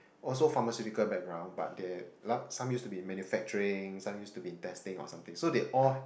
also pharmaceutical background but they some used to be manufacturing some used to be in testing so they all